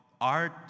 art